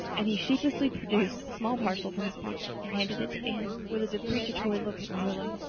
and he sheepishly produced a small parcel from his pocket and handed it to anne, with a deprecatory look at marilla.